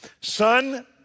Son